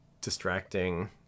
distracting